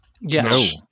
Yes